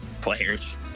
players